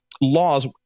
laws